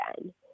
again